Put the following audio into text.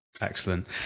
Excellent